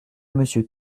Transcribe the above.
monsieur